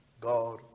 God